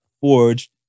forge